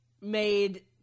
made